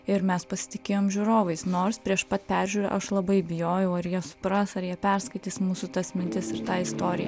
ir mes pasitikėjom žiūrovais nors prieš pat peržiūrą aš labai bijojau ar jie supras ar jie perskaitys mūsų tas mintis ir tą istoriją